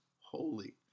holy